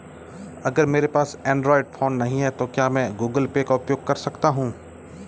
अगर मेरे पास एंड्रॉइड फोन नहीं है तो क्या मैं गूगल पे का उपयोग कर सकता हूं?